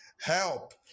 Help